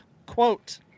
quote